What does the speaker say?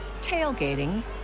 tailgating